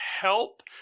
help